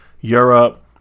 europe